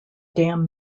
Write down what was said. dam